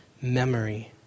memory